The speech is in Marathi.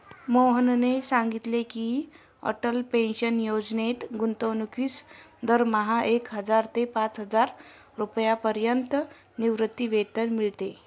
मोहनने सांगितले की, अटल पेन्शन योजनेत गुंतवणूकीस दरमहा एक हजार ते पाचहजार रुपयांपर्यंत निवृत्तीवेतन मिळते